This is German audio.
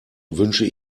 wünsche